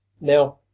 Now